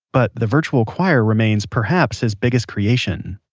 but the virtual choir remains perhaps his biggest creation.